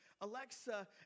Alexa